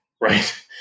Right